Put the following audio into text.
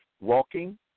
walking